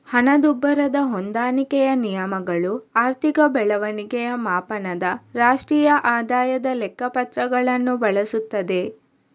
ಹಣದುಬ್ಬರ ಹೊಂದಾಣಿಕೆಯ ನಿಯಮಗಳು ಆರ್ಥಿಕ ಬೆಳವಣಿಗೆಯ ಮಾಪನದ ರಾಷ್ಟ್ರೀಯ ಆದಾಯದ ಲೆಕ್ಕ ಪತ್ರವನ್ನು ಬಳಸುತ್ತದೆ